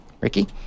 Ricky